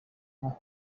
nko